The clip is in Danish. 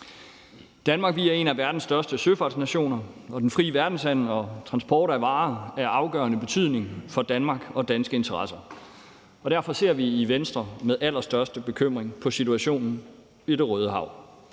Danmark er en af verdens største søfartsnationer, og den frie verdenshandel og transport af varer er af afgørende betydning for Danmark og danske interesser. Derfor ser vi i Venstre med allerstørste bekymring på situationen i Det Røde Hav.